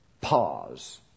Pause